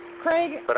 Craig